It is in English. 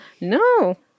No